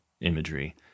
imagery